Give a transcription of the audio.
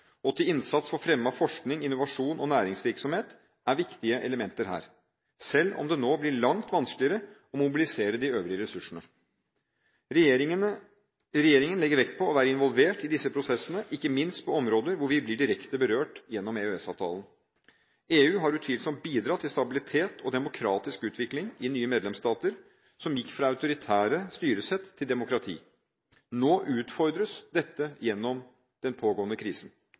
og til innsats for fremme av forskning, innovasjon og næringsvirksomhet er viktige elementer her, selv om det nå blir langt vanskeligere å mobilisere de øvrige ressursene. Regjeringen legger vekt på å være involvert i disse prosessene, ikke minst på områder hvor vi blir direkte berørt gjennom EØS-avtalen. EU har utvilsomt bidratt til stabilitet og demokratisk utvikling i nye medlemsstater som gikk fra autoritære styresett til demokrati. Nå utfordres dette gjennom den pågående krisen.